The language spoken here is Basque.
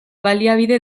baliabide